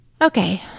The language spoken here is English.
Okay